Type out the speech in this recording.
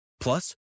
Plus